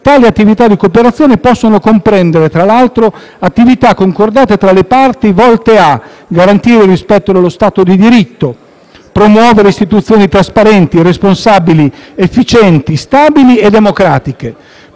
«Tali attività di cooperazione possono comprendere, fra l'altro, attività concordate tra le parti, volte a: a) garantire il rispetto dello Stato di diritto; b) promuovere istituzioni trasparenti, responsabili, efficienti, stabili e democratiche;